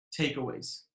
takeaways